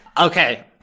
Okay